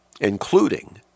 including